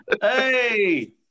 Hey